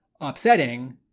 upsetting